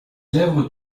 lèvres